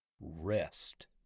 Rest